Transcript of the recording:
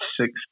six